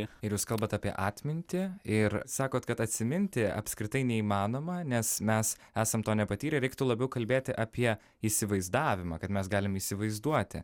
ir jūs kalbate apie atmintį ir sakot kad atsiminti apskritai neįmanoma nes mes esam to nepatyrę reiktų labiau kalbėti apie įsivaizdavimą kad mes galim įsivaizduoti